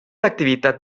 activitat